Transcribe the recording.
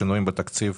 שינויים בתקציב